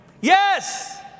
Yes